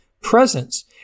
presence